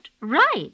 right